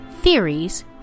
theories